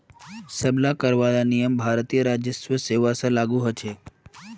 सब ला कर वाला नियम भारतीय राजस्व सेवा स्व लागू होछे